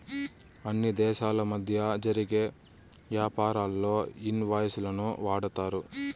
అన్ని దేశాల మధ్య జరిగే యాపారాల్లో ఇన్ వాయిస్ లను వాడతారు